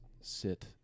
sit